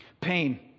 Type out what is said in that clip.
Pain